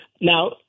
Now